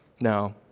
now